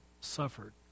suffered